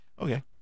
Okay